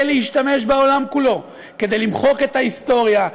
להשתמש בעולם כולו כדי למחוק את ההיסטוריה,